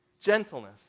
gentleness